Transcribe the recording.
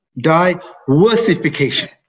diversification